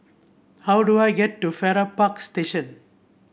how do I get to Farrer Park Station